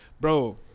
bro